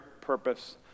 purpose